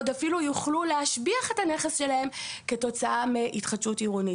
עוד אפילו יוכלו להשביח את הנכס שלהם כתוצאה מהתחדשות עירונית.